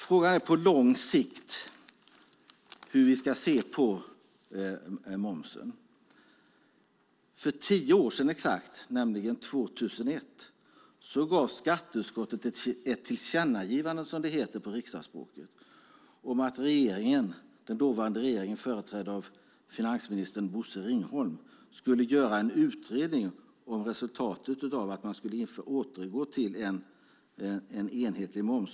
Frågan är hur vi på lång sikt ska se på momsen. För tio år sedan, 2001, gjorde skatteutskottet ett tillkännagivande, som det heter på riksdagsspråk, om att den dåvarande regeringen, som företräddes av finansminister Bosse Ringholm, skulle göra en utredning om resultatet av en återgång till en enhetlig moms.